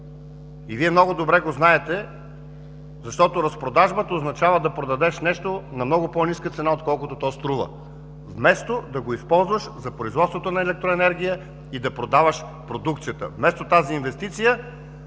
Вие много добре го знаете. Разпродажбата означава да продадеш нещо на много по-ниска цена, отколкото то струва, вместо да го използваш за производството на електроенергия и да продаваш продукцията. Вместо инвестицията